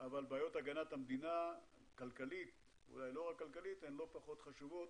אבל בעיות הגנת המדינה הכלכליות לא פחות חשובות.